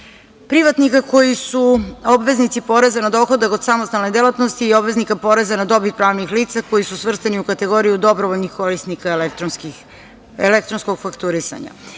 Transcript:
privatnika koji su obveznici poreza na dohodak od samostalne delatnosti i obveznika poreza na dobit pravnih lica koji su svrstani u kategoriju dobrovoljnih korisnika elektronskog fakturisanja. Uvođenjem